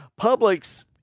Publix